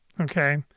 Okay